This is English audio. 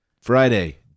friday